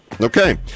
Okay